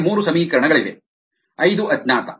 ನಮಗೆ ಮೂರು ಸಮೀಕರಣಗಳಿವೆ ಐದು ಅಜ್ಞಾತ